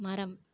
மரம்